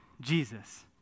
Jesus